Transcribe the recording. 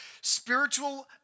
spiritual